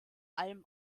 allem